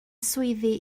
swyddi